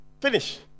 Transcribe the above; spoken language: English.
Finish